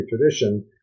tradition